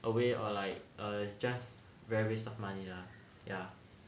away or like it's just very waste of money lah ya okay then are you I thought flyer job like like damn easy on like